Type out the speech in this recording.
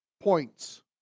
points